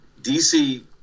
DC